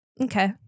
Okay